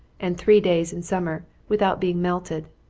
and three days in summer, without being melted.